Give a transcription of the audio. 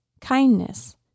kindness